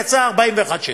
יצא 41 שקל.